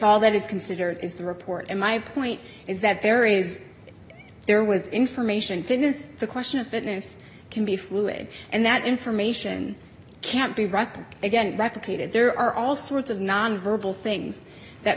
all that is considered is the report and my point is that there is there was information fitness the question of fitness can be fluid and that information can't be wrapped again recreated there are all sorts of nonverbal things that